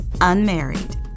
unmarried